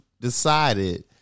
decided